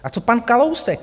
A co pan Kalousek?